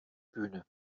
bühne